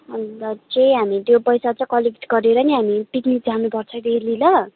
अन्त चाहिँ हामी त्यो पैसा चाहिँ कलेक्ट गरेर नि हामी पिकनिक जानुपर्छ रेली ल